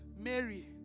Mary